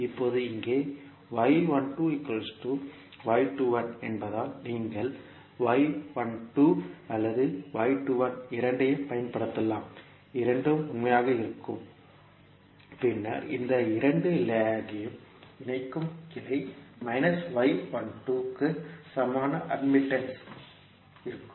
இப்போது இங்கே என்பதால் நீங்கள் அல்லது இரண்டையும் பயன்படுத்தலாம் இரண்டும் உண்மையாக இருக்கும் பின்னர் இந்த இரண்டு லேக்யும் இணைக்கும் கிளை க்கு சமமான அட்மிட்டன்ஸ் இருக்கும்